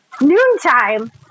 Noontime